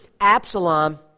Absalom